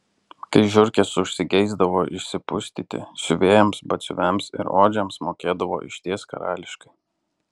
kai žiurkės užsigeisdavo išsipustyti siuvėjams batsiuviams ir odžiams mokėdavo išties karališkai